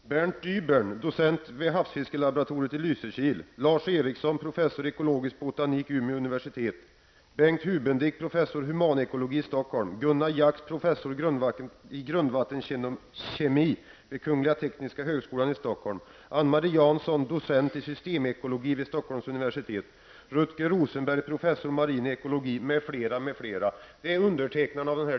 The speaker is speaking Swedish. Fru talman! Bernt Dybern, docent vid havsfiskelaboratoriet i Lysekil, Lars Ericson, professor i ekologisk botanik vid Umeå universitet, Nyheter från i dag.